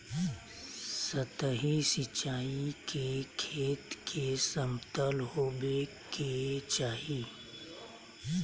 सतही सिंचाई के खेत के समतल होवे के चाही